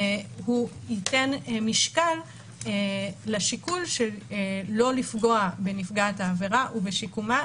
הוא ייתן משקל לשיקול של לא לפגוע בנפגעת העבירה ובשיקומה.